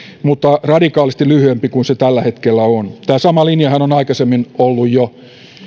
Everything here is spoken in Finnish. mutta radikaalisti lyhyempi kuin se tällä hetkellä on tämä sama linjahan on aikaisemmin ollut jo